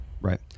Right